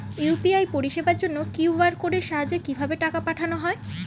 UPI পরিষেবার জন্য QR কোডের সাহায্যে কিভাবে টাকা পাঠানো হয়?